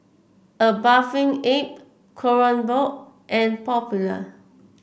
A Bathing Ape Kronenbourg and Popular